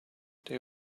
they